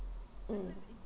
mm